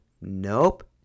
Nope